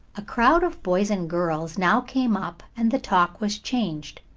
a crowd of boys and girls now came up and the talk was changed.